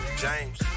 James